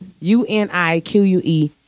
U-N-I-Q-U-E